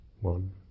one